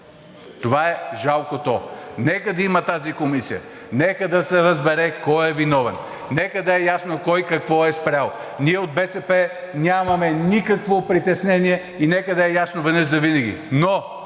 Това е жалкото. Нека да я има тази комисия. Нека да се разбере кой е виновен. Нека да е ясно кой какво е спрял. Ние от БСП нямаме никакво притеснение и нека да е ясно веднъж завинаги.